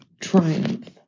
triumph